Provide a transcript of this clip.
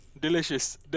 delicious